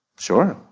sure.